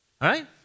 right